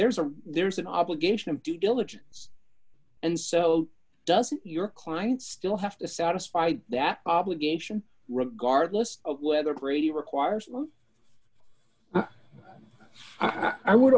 there's a there's an obligation of due diligence and so doesn't your client still have to satisfy that obligation regardless of whether brady requires i would